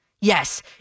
Yes